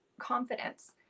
confidence